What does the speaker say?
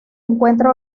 encuentra